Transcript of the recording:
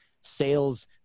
Sales